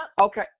Okay